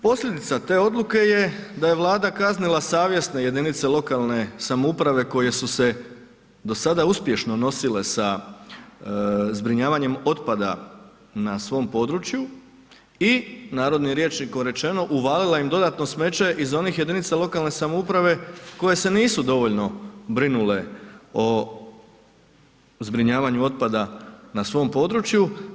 Posljedica te odluke je da je Vlada kaznila savjesne jedinice lokalne samouprave koje su se do sada uspješno nosile sa zbrinjavanjem otpada na svom području i narodnim rječnikom rečeno uvalila im dodatno smeće iz onih jedinica lokalne samouprave koje se nisu dovoljno brinule o zbrinjavanju otpada na svom području.